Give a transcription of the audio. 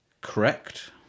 Correct